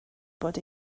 bod